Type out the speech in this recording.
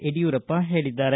ಯಡಿಯೂರಪ್ಪ ಹೇಳಿದ್ದಾರೆ